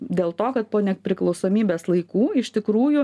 dėl to kad po nepriklausomybės laikų iš tikrųjų